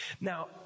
Now